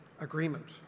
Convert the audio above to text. agreement